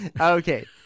Okay